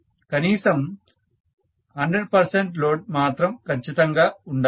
కనీసం 100 percent load మాత్రం ఖచ్చితంగా ఉండాలి